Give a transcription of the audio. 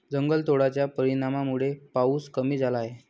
जंगलतोडाच्या परिणामामुळे पाऊस कमी झाला आहे